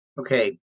Okay